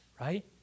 right